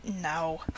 No